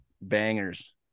bangers